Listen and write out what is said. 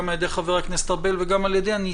גם על ידי חבר הכנסת ארבל וגם על ידי,